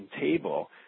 table